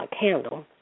candle